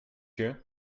you